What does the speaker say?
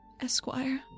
Esquire